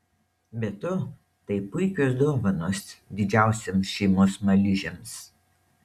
be to tai puikios dovanos didžiausiems šeimos smaližiams